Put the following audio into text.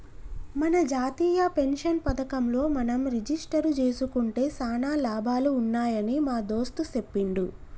మన జాతీయ పెన్షన్ పథకంలో మనం రిజిస్టరు జేసుకుంటే సానా లాభాలు ఉన్నాయని మా దోస్త్ సెప్పిండు